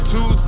Two